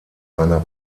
einer